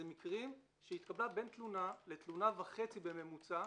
זה מקרים שהתקבלה בין תלונה לתלונה וחצי בממוצע,